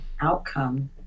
outcome